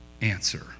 answer